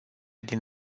din